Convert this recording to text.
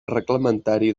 reglamentari